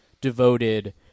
devoted